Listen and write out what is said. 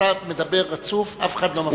אתה מדבר רצוף, אף אחד לא מפריע לך.